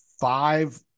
five